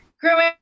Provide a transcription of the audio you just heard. growing